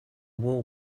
wall